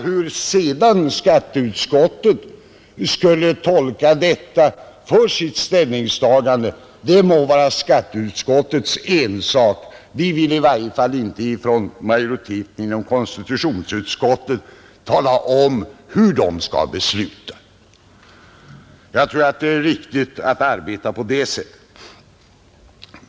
Hur skatteutskottet sedan skall tolka detta för sitt ställningstagande må vara skatteutskottets ensak. Vi som tillhör majoriteten inom konstitutionsutskottet vill i varje fall inte tala om hur skatteutskottet skall besluta. Jag tror att det är riktigt att arbeta på det sättet.